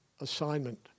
assignment